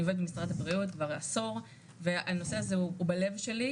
אני עובדת עם משרד הבריאות כבר עשור והנושא הזה הוא בלב שלי,